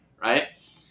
right